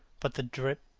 but the drip,